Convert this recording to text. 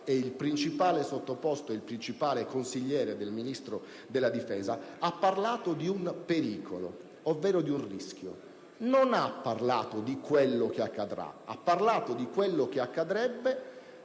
è il principale sottoposto e consigliere del Ministro della difesa, ha parlato di un pericolo ovvero di un rischio, non ha parlato di quello che accadrà bensì di ciò che accadrebbe